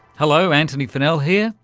hello, antony funnell here,